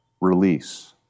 release